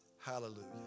Hallelujah